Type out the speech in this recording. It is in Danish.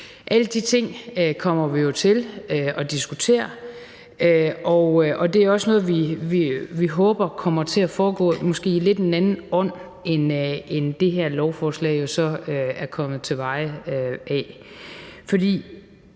Alle de ting kommer vi jo til at diskutere, og det er også noget, vi håber kommer til at foregå i måske en lidt anden ånd, end det her lovforslag så er kommet til veje af. For